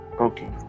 Okay